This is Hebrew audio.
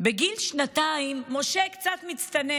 בגיל שנתיים משה קצת מצטנן,